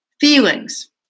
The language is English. feelings